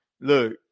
look